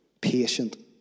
Patient